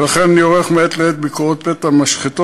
ולכן אני עורך מעת לעת ביקורות פתע במשחטות,